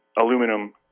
aluminum